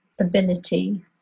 ability